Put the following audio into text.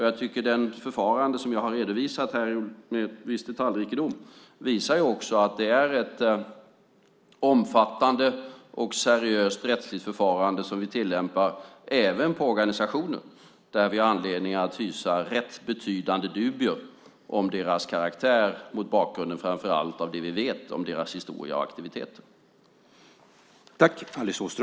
Jag tycker att det förfarande som jag har redovisat här med viss detaljrikedom också visar att det är ett omfattande och seriöst rättsligt förfarande som vi tillämpar även på organisationer där vi har anledning att hysa rätt betydande dubier om deras karaktär, framför allt mot bakgrund av det vi vet om deras historia och aktiviteter.